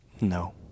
No